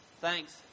Thanks